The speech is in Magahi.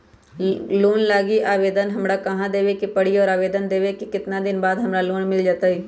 लोन लागी आवेदन हमरा कहां देवे के पड़ी और आवेदन देवे के केतना दिन बाद हमरा लोन मिल जतई?